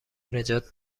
نجات